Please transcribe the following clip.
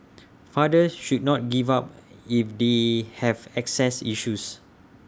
fathers should not give up if they have access issues